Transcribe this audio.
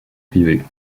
privée